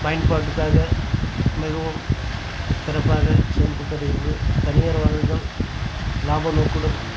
பயன்பாட்டுக்காக மிகவும் சிறப்பாக செயல்பட்டு வருகிறது தனியார் வாகனங்கள் லாபம் மேற்கொள்ளும்